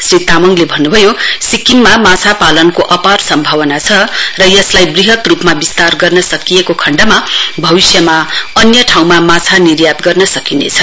श्री तामाङले भन्नुभयो सिक्किममा माछापालनको अपार सम्भावना छ र यसलाई वृहत रूपमा विस्तार गर्न सकिएको खण्डमा भविष्यमा अन्य ठाउँमा माछा निर्यात गर्न सकिनेछ